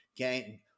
Okay